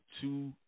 two